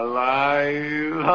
Alive